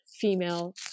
female